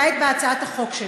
למעט בהצעת החוק שלו,